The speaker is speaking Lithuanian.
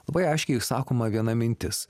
labai aiškiai išsakoma viena mintis